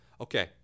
Okay